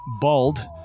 Bald